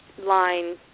line